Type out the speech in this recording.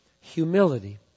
humility